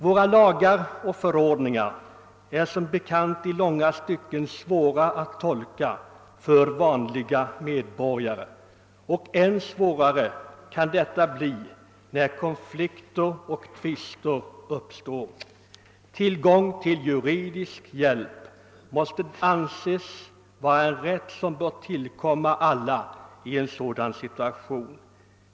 Våra lagar och förordningar är som bekant i långa stycken svåra att tolka för vanliga medborgare, och än svårare kan detta bli när konflikter och tvister uppstår. Tillgång till juridisk hjälp måste därför anses vara en rätt som bör tillkomma alla i sådana situationer.